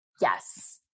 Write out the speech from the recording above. Yes